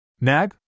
Nag